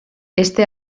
este